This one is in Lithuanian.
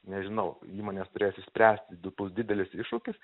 nežinau įmonės turės išspręsti du bus didelis iššūkis